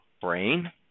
brain